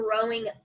growing